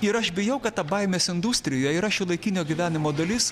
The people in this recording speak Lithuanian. ir aš bijau kad ta baimės industrija yra šiuolaikinio gyvenimo dalis